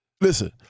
Listen